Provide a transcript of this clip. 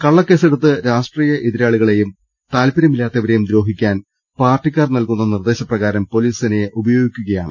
കള്ളക്കേസെ ടുത്ത് രാഷ്ട്രീയ എതിരാളികളെയും താല്പര്യമില്ലാത്തവരെയും ദ്രോഹിക്കാൻ പാർട്ടിക്കാർ നൽകുന്ന നിർദ്ദേശപ്രകാരം പൊലീസ് സേനയെ ഉപയോഗിക്കുകയാണ്